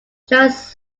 charles